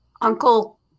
Uncle